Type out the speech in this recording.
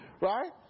Right